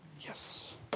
Yes